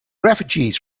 refugees